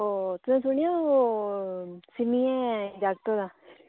ओह् तुसें सुनेआ ओह् सिम्मी ऐ गी जागत होए दा